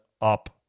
up